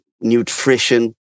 nutrition